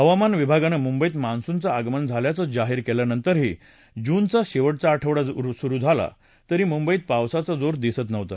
हवामान विभागानं मुंबईत मान्सूनचं आगमन झाल्याचं जाहीर केल्यानंतरही जूनचा शेव झा आठवडा सुरू झाला तरी मुंबईत पावसाचा जोर दिसत नव्हता